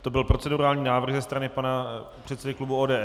To byl procedurální návrh ze strany pana předsedy klubu ODS.